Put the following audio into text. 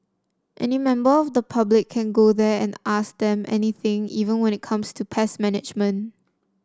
any member of the public can go there and ask them anything even when it comes to pest management